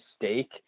mistake